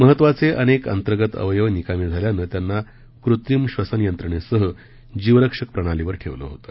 महत्त्वाचे अनेक अंतर्गत अवयव निकामी झाल्यानं त्यांना कृत्रीम श्वसन यंत्रणेसह जीवरक्षक प्रणालीवर ठेवलं होतं